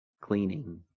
cleaning